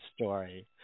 story